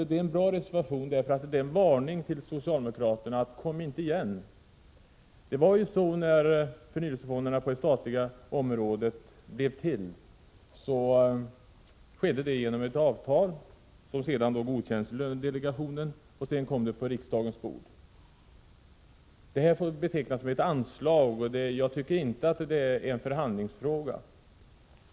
Det är en bra reservation, därför att den är en varning till socialdemokraterna så att de inte skall återkomma med förnyelsefonder. När förnyelsefonderna infördes på det statliga området, skedde det genom ett avtal, som godkändes av lönedelegationen och sedan lades på riksdagens bord. Detta får betecknas som ett anslag, och jag tycker inte att det är en förhandlingsfråga.